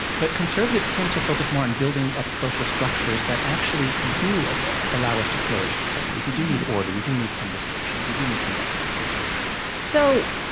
but conservatives tend to focus more on building up social structures that actually do allow us to flourish in some ways. you do need order. you do need some restrictions. you do need some boundaries so